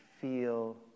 feel